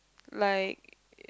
like